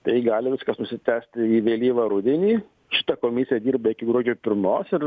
tai gali viskas nusitęsti į vėlyvą rudenį šita komisija dirba iki gruodžio pirmos ir